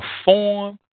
perform